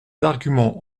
arguments